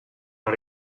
non